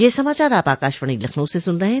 ब्रे क यह समाचार आप आकाशवाणी लखनऊ से सुन रहे हैं